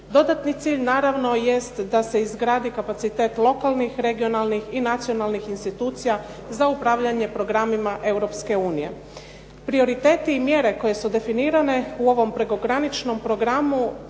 Dodatni cilj naravno jest da se izgradi kapacitet lokalnih, regionalnih, nacionalnih institucija za upravljanje programima Europske unije. Prioriteti i mjere koje su definirane u ovom prekograničnom programu